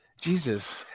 Jesus